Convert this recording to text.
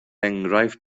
enghraifft